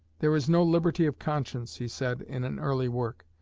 there is no liberty of conscience, he said in an early work,